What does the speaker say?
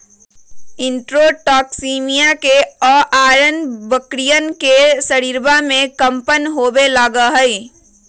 enterotoxaemia के अआरण बकरियन के शरीरवा में कम्पन होवे लगा हई